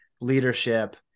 leadership